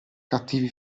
cattivi